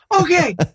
Okay